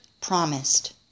promised